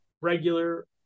regular